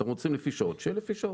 אתם רוצים לפי שעות, שיהיה לפי שעות.